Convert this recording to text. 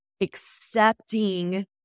accepting